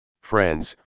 friends